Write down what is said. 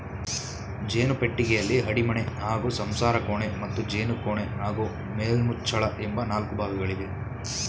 ಜೇನು ಪೆಟ್ಟಿಗೆಯಲ್ಲಿ ಅಡಿಮಣೆ ಹಾಗೂ ಸಂಸಾರಕೋಣೆ ಮತ್ತು ಜೇನುಕೋಣೆ ಹಾಗೂ ಮೇಲ್ಮುಚ್ಚಳ ಎಂಬ ನಾಲ್ಕು ಭಾಗಗಳಿವೆ